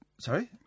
Sorry